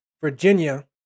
Virginia